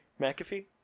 McAfee